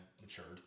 matured